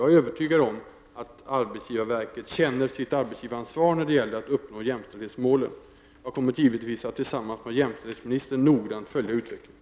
Jag är övertygad om att arbetsgivarverket känner sitt arbetsgivaransvar när det gäller att uppnå jämställdhetsmålen. Jag kommer givetvis att tillsammans med jämställdhetsministern noggrant följa utvecklingen.